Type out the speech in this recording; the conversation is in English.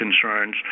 concerns